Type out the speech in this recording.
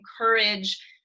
encourage